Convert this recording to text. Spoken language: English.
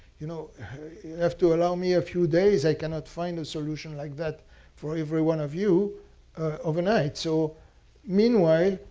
you know have to allow me a few days i cannot find a solution like that for every one of you overnight. so meanwhile,